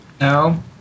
No